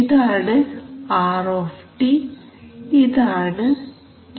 ഇതാണ് r ഇതാണ് t